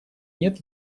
нет